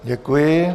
Děkuji.